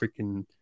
freaking